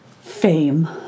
fame